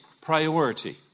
priority